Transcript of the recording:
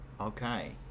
Okay